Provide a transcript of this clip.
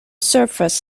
surface